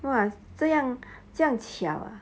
!wah! 这样这样桥 ah